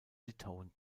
litauen